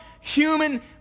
human